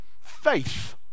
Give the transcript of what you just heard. faith